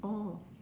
oh